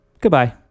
Goodbye